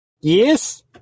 yes